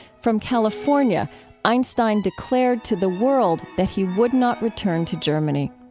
from california einstein declared to the world that he would not return to germany.